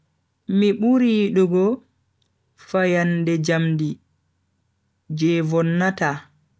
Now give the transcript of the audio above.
mi buri yidugo fayande jamdi je vonnata.